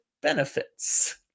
benefits